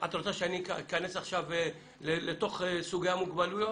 את רוצה שאני אכנס עכשיו לסוגי המוגבלויות?